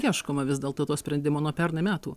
ieškoma vis dėl to sprendimo nuo pernai metų